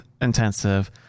intensive